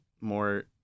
more